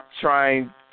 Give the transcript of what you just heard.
trying